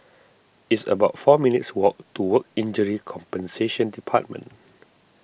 it's about four minutes' walk to Work Injury Compensation Department